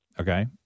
Okay